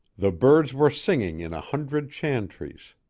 the birds were singing in a hundred chantries.